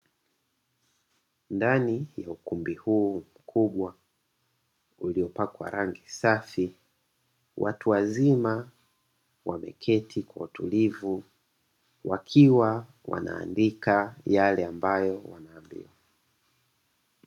Ndani ya ukumbi huu mkubwa uliopakwa rangi safi watu wazima wameketi kwa utulivu, wakiwa wanaandika yale ambayo wanaambiwa.